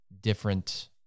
different